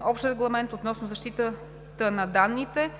(Общ регламент относно защитата на данните)